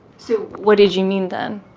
so what did you mean, then?